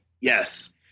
Yes